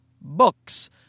books